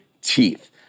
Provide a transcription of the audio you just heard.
teeth